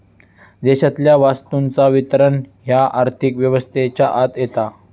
देशातल्या वस्तूंचा वितरण ह्या आर्थिक व्यवस्थेच्या आत येता